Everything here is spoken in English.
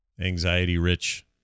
anxiety-rich